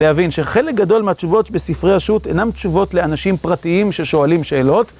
להבין שחלק גדול מהתשובות בספרי רשות אינם תשובות לאנשים פרטיים ששואלים שאלות.